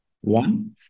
one